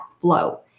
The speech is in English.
flow